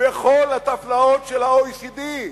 בכל הטבלאות של ה-OECD.